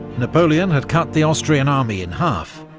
napoleon had cut the austrian army in half,